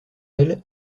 elle